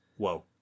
Whoa